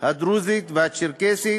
הדרוזית והצ'רקסית,